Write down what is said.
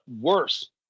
worse